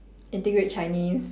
integrate chinese